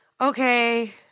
Okay